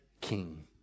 King